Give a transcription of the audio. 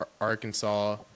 Arkansas